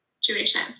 situation